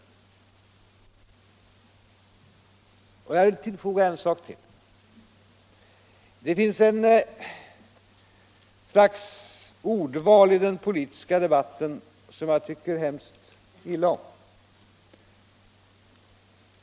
Jag vill tillfoga en sak. Det finns ett slags ordval i den politiska debatten som jag tycker förfärligt illa om.